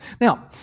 Now